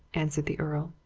answered the earl.